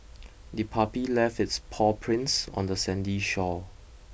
the puppy left its paw prints on the sandy shore